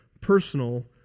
personal